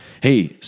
hey